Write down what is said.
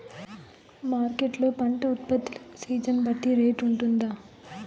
Market లొ పంట ఉత్పత్తి లకు సీజన్ బట్టి రేట్ వుంటుందా?